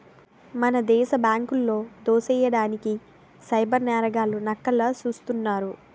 మన దేశ బ్యాంకులో దోసెయ్యడానికి సైబర్ నేరగాళ్లు నక్కల్లా సూస్తున్నారు